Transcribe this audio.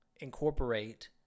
incorporate